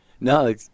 no